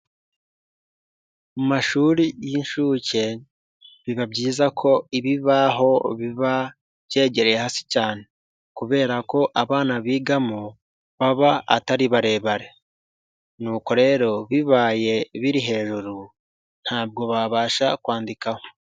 Mu mashuri y'inshuke biba byiza ko ibibaho biba byegereye hasi cyane kubera ko abana bigamo baba atari barebare nuko rero bibaye biri hejuru ntabwo babasha kwandikaho.